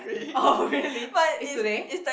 orh really is today